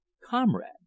comrade